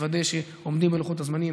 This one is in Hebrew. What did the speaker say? לוודא שעומדים בלוחות הזמנים.